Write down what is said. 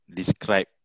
Describe